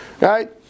Right